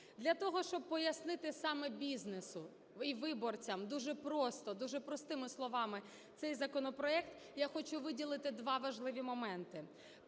Для того, щоб пояснити саме бізнесу і виборцям дуже просто, дуже простими словами цей законопроект, я хочу виділити два важливі моменти.